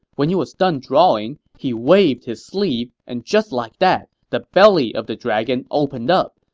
when he was done drawing, he waved his sleeve, and just like that, the belly of the dragon opened up.